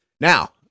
Now